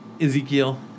Ezekiel